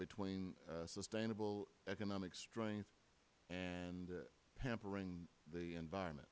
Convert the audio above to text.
between sustainable economic strength and hampering the environment